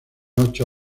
ocho